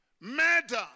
murder